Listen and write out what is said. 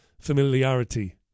Familiarity